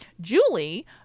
Julie